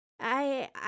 I